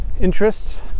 interests